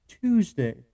Tuesday